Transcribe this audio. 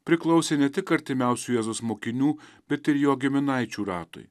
priklausė ne tik artimiausių jėzaus mokinių bet ir jo giminaičių ratui